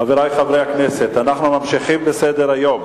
חברי חברי הכנסת, אנחנו ממשיכים בסדר-היום: